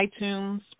iTunes